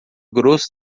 grosso